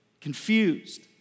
confused